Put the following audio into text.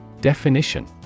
Definition